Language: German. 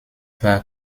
war